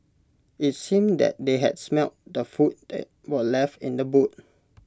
IT seemed that they had smelt the food that were left in the boot